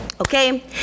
okay